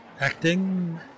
acting